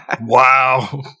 Wow